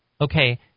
Okay